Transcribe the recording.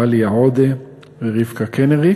עאליה עודה ורבקה קנריק,